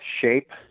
shape